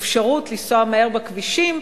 האפשרות לנסוע מהר בכבישים.